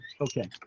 Okay